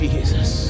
Jesus